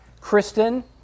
Kristen